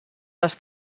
les